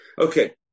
Okay